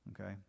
Okay